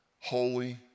holy